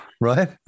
Right